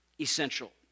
essential